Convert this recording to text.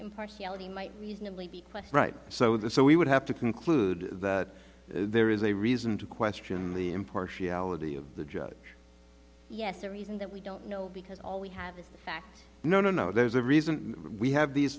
might reasonably be right so the so we would have to conclude that there is a reason to question the impartiality of the judge yes the reason that we don't know because all we have in fact no no no there's a reason we have these